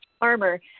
armor